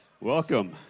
Welcome